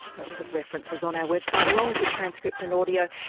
lots of references on our website along with the transcript and audio.